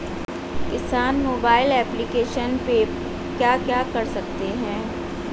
किसान mobile application पे क्या क्या कर सकते हैं?